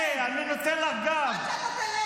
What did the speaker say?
אני לא אפסיק, ואני אשגע אותך עד שאתה תרד.